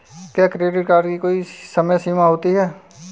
क्या credit card की कोई समय सीमा होती है?